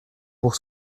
pour